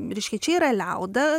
reiškia čia yra liauda